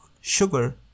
sugar